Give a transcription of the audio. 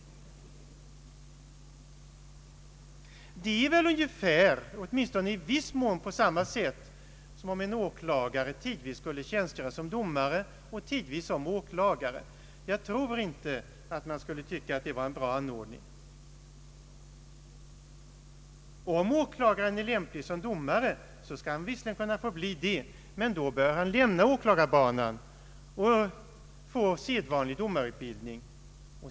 Det är väl i någon mån på samma sätt som om en åklagare tidvis skulle tjänstgöra som domare, tidvis som åklagare. Jag tror inte att det skulle anses lämpligt. Om åklagaren passar som domare skall han visserligen kunna få bli det, men då bör han lämna åklagarbanan och få sedvanlig domarutbildning.